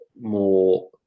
more